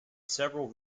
several